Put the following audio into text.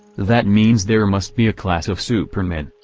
that means there must be a class of supermen.